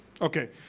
Okay